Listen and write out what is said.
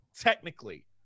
technically